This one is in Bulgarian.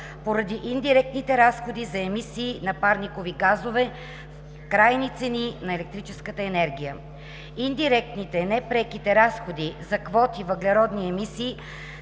поради индиректните разходи за емисии на парникови газове в крайните цени на електрическата енергия. Индиректните (непреките) разходи за квоти въглеродни емисии